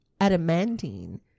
adamantine